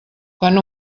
quan